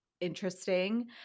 interesting